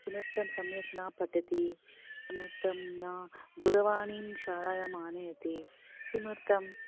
किमर्थं सम्यक् न पठति किमर्थं दूरवाणीं शालायाम् आनयति किमर्थम्